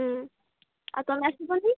ହୁଁ ଆଉ ତୁମେ ଆସିବନି